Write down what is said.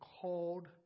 called